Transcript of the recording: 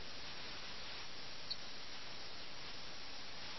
അത് എല്ലാവർക്കും കാണത്തക്കവിധം വായനക്കാരന്റെ കൺമുന്നിൽ ഭംഗിയായി നിരത്തിയിരിക്കുന്നു